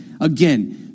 again